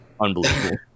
Unbelievable